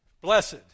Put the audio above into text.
blessed